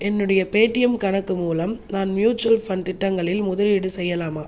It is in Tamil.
என்னுடைய பேடீஎம் கணக்கு மூலம் நான் மியூச்சுவல் ஃபண்ட் திட்டங்களில் முதலீடு செய்யலாமா